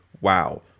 wow